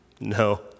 no